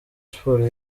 sports